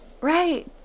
Right